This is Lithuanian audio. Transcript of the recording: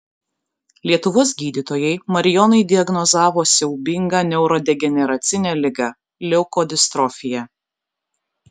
lietuvos gydytojai marijonui diagnozavo siaubingą neurodegeneracinę ligą leukodistrofija